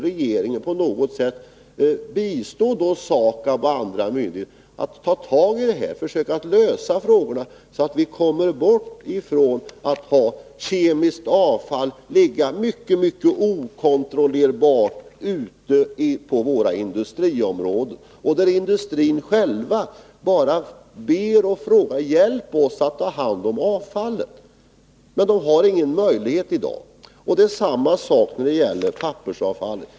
Regeringen måste på något sätt bistå SAKAB och andra myndigheter i försöken att lösa dessa frågor, så att man kan undvika att ha kemiskt avfall liggande, mycket okontrollerbart, ute på industriområdena. Industrierna själva ber att få hjälp med att ta hand om avfallet, för de har inga sådana möjligheter i dag. Det är samma sak när det gäller pappersavfallet.